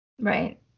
Right